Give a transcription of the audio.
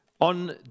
on